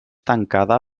tancada